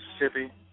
Mississippi